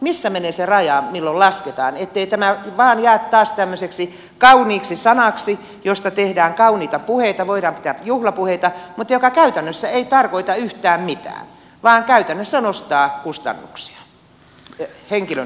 missä menee se raja milloin lasketaan ettei tämä vaan jää taas tämmöiseksi kauniiksi sanaksi josta tehdään kauniita puheita voidaan pitää juhlapuheita mutta joka käytännössä ei tarkoita yhtään mitään vaan käytännössä nostaa kustannuksia henkilön